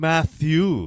Matthew